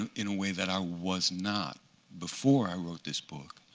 um in a way that i was not before i wrote this book.